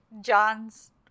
john's